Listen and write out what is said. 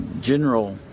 general